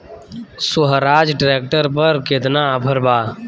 सोहराज tractor पर केतना offer बा?